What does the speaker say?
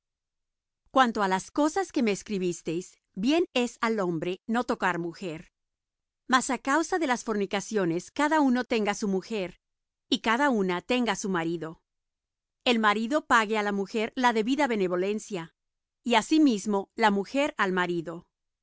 cuanto á las cosas de que me escribisteis bien es al hombre no tocar mujer mas á causa de las fornicaciones cada uno tenga su mujer y cada una tenga su marido el marido pague á la mujer la debida benevolencia y asimismo la mujer al marido